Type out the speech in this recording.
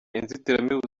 inzitiramibu